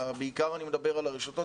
בעיקר אני מדבר על הרשתות,